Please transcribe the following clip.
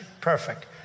perfect